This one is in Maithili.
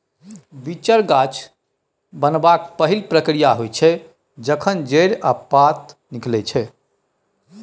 बीचर गाछ बनबाक पहिल प्रक्रिया होइ छै जखन जड़ि आ पात निकलै छै